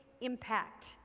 impact